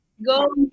Go